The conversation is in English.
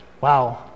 Wow